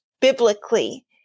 biblically